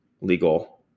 legal